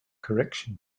correction